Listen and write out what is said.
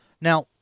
Now